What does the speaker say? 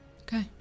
Okay